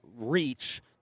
reach